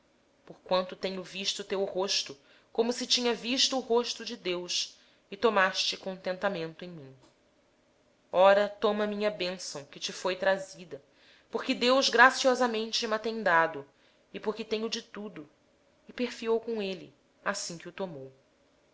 porquanto tenho visto o teu rosto como se tivesse visto o rosto de deus e tu te agradaste de mim aceita peço-te o meu presente que eu te trouxe porque deus tem sido bondoso para comigo e porque tenho de tudo e insistiu com ele e ele o